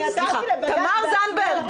אני עתרתי לבג"צ --- תמר זנדברג,